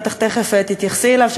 בטח תכף תתייחסי אליו,